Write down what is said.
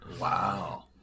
Wow